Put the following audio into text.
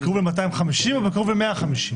בקירוב ל-250 או בקירוב ל-150?